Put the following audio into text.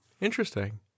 Interesting